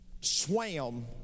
swam